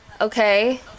okay